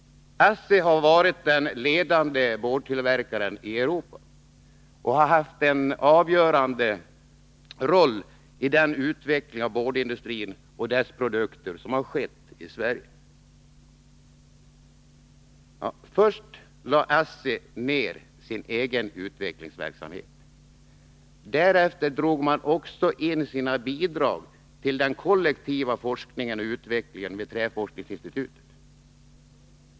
ASSI har varit den ledande boardtillverkaren i Europa och har haft en avgörande roll i den utveckling av boardindustrin och dess produkter som har skett i Sverige. Först lade ASSI ned sin egen utvecklingsverksamhet, och därefter drog man in sina bidrag till den kollektiva forskningen och utvecklingen vid träforskningsinstitutet.